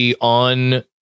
on